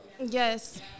Yes